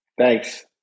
thanks